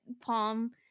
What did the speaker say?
Palm